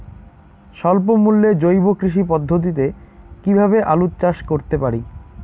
স্বল্প মূল্যে জৈব কৃষি পদ্ধতিতে কীভাবে আলুর চাষ করতে পারি?